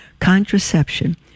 contraception